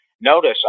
Notice